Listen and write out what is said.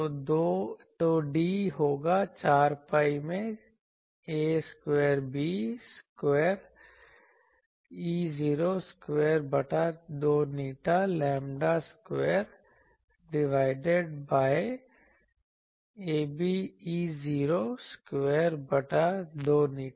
तो D होगा 4 pi में a square b square E0 square बटा 2η lambda square divided by ab E0 square बटा 2η